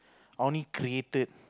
I only created